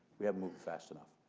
we haven't moved fast enough.